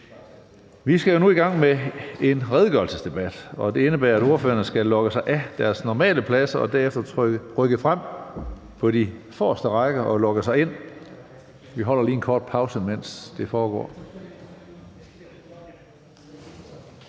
Vi skal nu i gang med en redegørelsesdebat. Det indebærer, at ordførerne skal logge sig af deres normale plads og derefter rykke frem på de forreste rækker og logge sig ind. Vi holder lige en kort pause, mens det foregår.